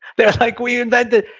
they're like, we invented,